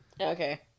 Okay